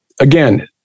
Again